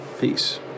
Peace